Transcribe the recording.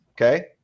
Okay